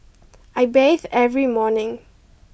I bathe every morning